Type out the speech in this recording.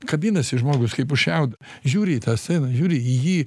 kabinasi žmogus kaip už šiaudo žiūri į tą sceną kur jį